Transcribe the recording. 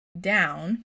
down